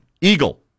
Eagle